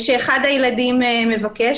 שאחד הילדים מבקש,